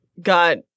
got